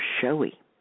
showy